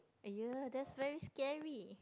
!aiyo! that's very scary